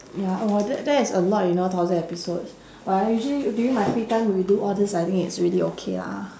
ya !wah! that that is a lot you know thousand episodes but I usually during my free time we do all this I think it's really okay lah